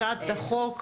הצבעה בעד,